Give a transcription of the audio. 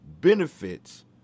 benefits